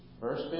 Verse